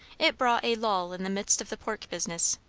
it brought a lull in the midst of the pork business.